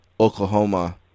Oklahoma